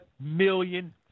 million